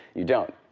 you don't.